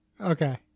Okay